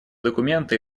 документа